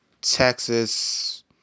Texas